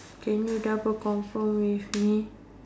can you double confirm with me